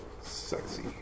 Sexy